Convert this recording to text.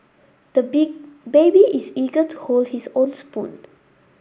the big baby is eager to hold his own spoon